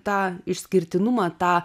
tą išskirtinumą tą